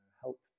help